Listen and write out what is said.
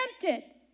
Tempted